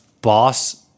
boss